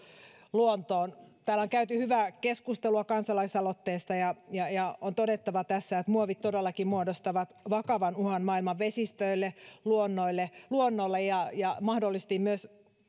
luontoon täällä on käyty hyvää keskustelua kansalaisaloitteesta ja ja on todettava tässä että muovit todellakin muodostavat vakavan uhan maailman vesistöille luonnolle luonnolle ja ja mahdollisesti myös